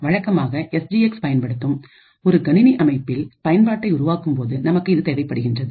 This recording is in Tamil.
வழக்கமாக எஸ் ஜி எக்ஸ் பயன்படுத்தும் ஒரு கணினி அமைப்பில் பயன்பாட்டை உருவாக்கும்போது நமக்கு இது தேவைப்படுகின்றது